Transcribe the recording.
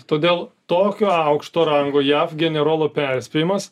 todėl tokio aukšto rango jav generolo perspėjimas